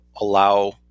allow